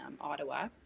Ottawa